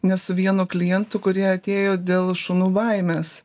ne su vienu klientu kurie atėjo dėl šunų baimės